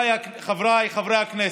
חבריי חברי הכנסת,